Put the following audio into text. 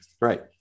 Right